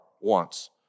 wants